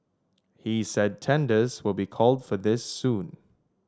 he said tenders will be called for this soon